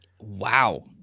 Wow